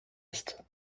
ist